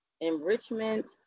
enrichment